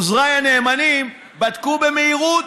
עוזריי הנאמנים בדקו במהירות.